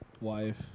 wife